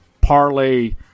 parlay